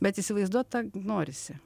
bet įsivaizduot tą norisi